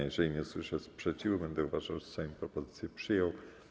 Jeżeli nie usłyszę sprzeciwu, będę uważał, że Sejm propozycję przyjął.